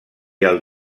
del